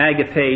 Agape